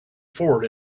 forward